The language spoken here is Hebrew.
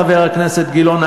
חבר הכנסת גילאון.